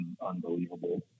unbelievable